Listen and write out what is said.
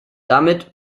damit